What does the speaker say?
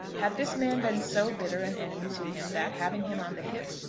had this man been so bitter an enemy to him that, having him on the hip,